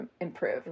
improve